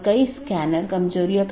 बल्कि कई चीजें हैं